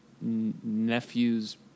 nephew's